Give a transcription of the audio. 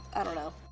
i don't know.